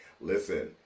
Listen